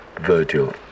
Virgil